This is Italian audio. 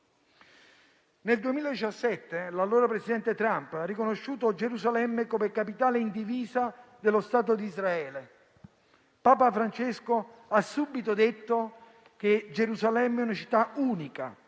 Nel 2017 l'allora presidente Trump ha riconosciuto Gerusalemme come capitale indivisa dello Stato di Israele. Papa Francesco ha subito detto che Gerusalemme è una città unica,